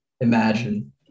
imagine